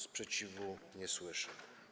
Sprzeciwu nie słyszę.